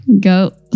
go